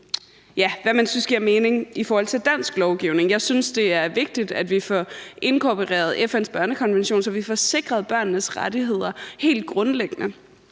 hvad man synes giver mening i forhold til dansk lovgivning. Jeg synes, det er vigtigt, at vi får inkorporeret FN's børnekonvention, så vi helt grundlæggende